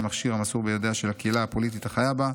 כמכשיר המסור בידיה של הקהילה הפוליטית החיה בה,